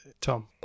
tom